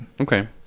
Okay